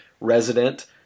resident